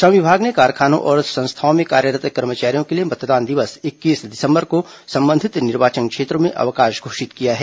श्रम विभाग ने कारखानों और संस्थाओं में कार्यरत कर्मचारियों के लिए मतदान दिवस इक्कीस दिसंबर को संबंधित निर्वाचन क्षेत्रों में अवकाश घोषित किया है